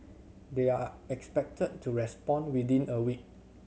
they are expected to respond within a week